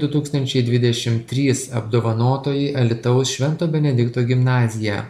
du tūkstančiai dvidešimt trys apdovanotoji alytaus švento benedikto gimnazija